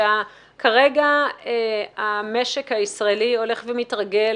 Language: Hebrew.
שכרגע המשק הישראלי הולך ומתרגל